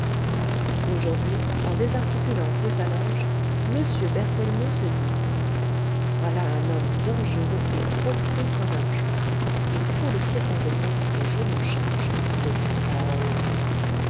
aujourd'hui en désarticulant ses phalanges m berthellemot se dit voilà un homme dangereux et profond comme un puits il faut le circonvenir et je m'en charge petite parole